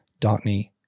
Dotney